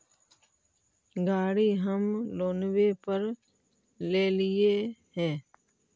गाड़ी हम लोनवे पर लेलिऐ हे?